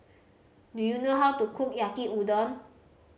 do you know how to cook Yaki Udon